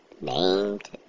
named